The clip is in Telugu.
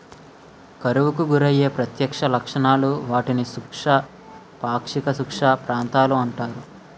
కరువుకు గురయ్యే ప్రత్యక్ష లక్షణాలు, వాటిని శుష్క, పాక్షిక శుష్క ప్రాంతాలు అంటారు